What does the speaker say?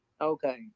okay